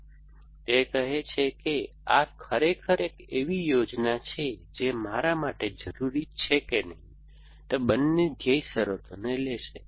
તેથી તે કહે છે કે આ ખરેખર એક એવી યોજના છે જે મારા માટે જરૂરી છે કે નહીં તે બંને ધ્યેય શરતોને લેશે